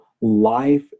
life